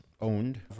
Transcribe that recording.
Owned